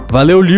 Valeu